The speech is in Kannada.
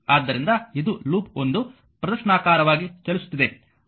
ಆದ್ದರಿಂದ ಇದು ಲೂಪ್ 1 ಪ್ರದಕ್ಷಿಣಾಕಾರವಾಗಿ ಚಲಿಸುತ್ತಿದೆ